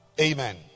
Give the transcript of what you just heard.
Amen